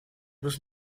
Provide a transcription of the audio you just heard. bloß